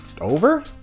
over